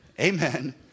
Amen